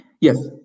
Yes